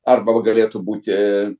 arba galėtų būti